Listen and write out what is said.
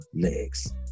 legs